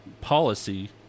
policy